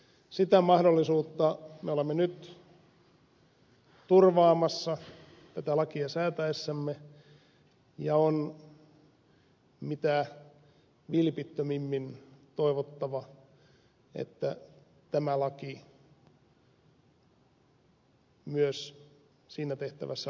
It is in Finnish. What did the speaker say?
sitä mahdollisuutta me olemme nyt turvaamassa tätä lakia säätäessämme ja on mitä vilpittömimmin toivottava että tämä laki myös siinä tehtävässä onnistuu